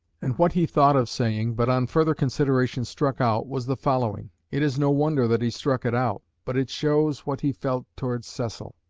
and what he thought of saying, but on further consideration struck out, was the following. it is no wonder that he struck it out, but it shows what he felt towards cecil.